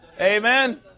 Amen